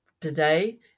today